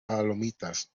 palomitas